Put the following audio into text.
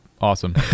Awesome